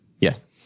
Yes